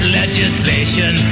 legislation